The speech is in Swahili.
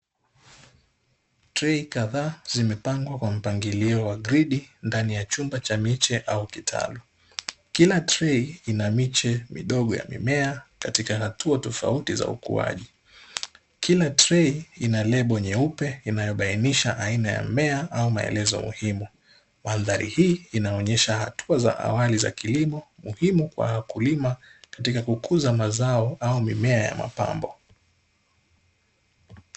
Trei kadhaa zimepangwa kwa mpangilio wa gridi ndani ya chumba cha miche au kitalu. Kila trei ina miche midogo ya mimea katika hatua tofauti za ukuaji, kila trei ina lebo nyeupe inayobainisha aina ya mmea au maelezo muhimu. Mandhari hii inaonyesha hatua za awali za kilimo muhimu kwa wakulima katika kukuza mazao au mimea ya mapambo.